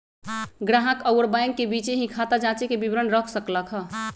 ग्राहक अउर बैंक के बीचे ही खाता जांचे के विवरण रख सक ल ह